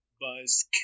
buzz